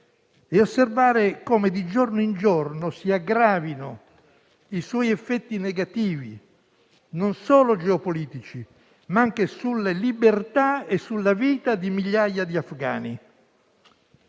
e osservare come, di giorno in giorno, si aggravino i suoi effetti negativi, non solo geopolitici, ma anche sulla libertà e sulla vita di migliaia di afghani.